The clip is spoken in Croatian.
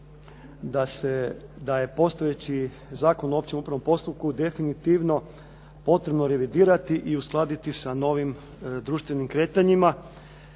da je postojeći Zakon o općem upravnom postupku definitivno potrebno revidirati i uskladiti sa novim društvenim kretanjima